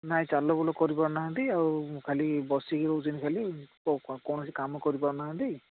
ନାଇଁ ଚାଲବୁଲ କରି ପାରୁନାହାନ୍ତି ଆଉ ଖାଲି ବସିକି ରହୁଛନ୍ତି ଖାଲି କୌଣସି କାମ କରିପାରୁନାହାନ୍ତି